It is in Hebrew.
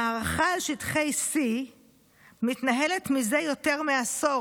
המערכה על שטחי C מתנהלת מזה יותר מעשור,